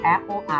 Apple